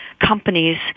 companies